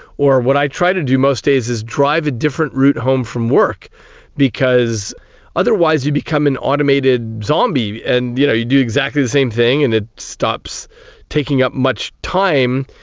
or what i try to do most days is drive a different route home from work because otherwise you become an automated zombie and you know you do exactly the same thing and it stops taking up much time.